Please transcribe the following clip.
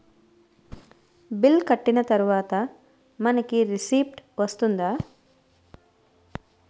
Bill కట్టిన తర్వాత మనకి రిసీప్ట్ వస్తుందా?